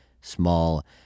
small